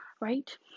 Right